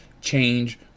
change